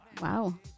Wow